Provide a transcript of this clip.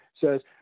says